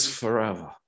forever